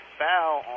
foul